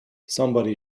somebody